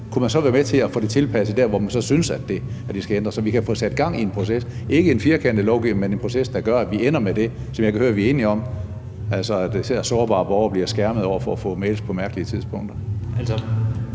kunne man dernæst være med til at få det tilpasset der, hvor man synes, at det skal ændres, så vi kan få sat gang i en proces – ikke en firkantet lovgivning, men en proces, der gør, at vi ender med det, som jeg kan høre vi er enige om, altså at især sårbare borgere bliver skærmet fra at få mails på mærkelige tidspunkter?